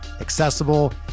accessible